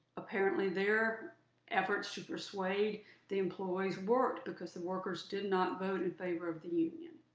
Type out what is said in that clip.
apparently their efforts to persuade the employees worked, because the workers did not vote in favor of the union.